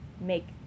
make